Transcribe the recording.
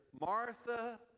Martha